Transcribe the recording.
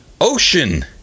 Ocean